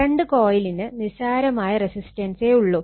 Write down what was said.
current കോയിലിന് നിസ്സാരമായ resistance ഒള്ളൂ